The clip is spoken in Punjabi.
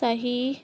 ਸਹੀ